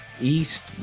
East